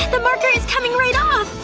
the marker is coming right off!